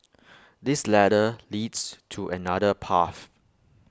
this ladder leads to another path